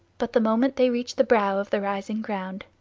but the moment they reached the brow of the rising ground,